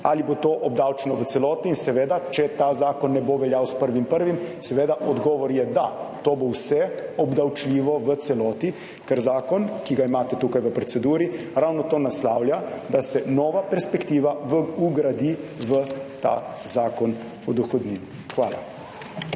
ali bo to obdavčeno v celoti in seveda, če ta zakon ne bo veljal s 1. 1.? Seveda, odgovor je, da. To bo vse obdavčljivo v celoti, ker zakon, ki ga imate tukaj v proceduri, ravno to naslavlja, da se nova perspektiva vgradi v ta Zakon o dohodnini. Hvala.